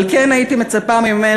אבל כן הייתי מצפה ממך,